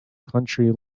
country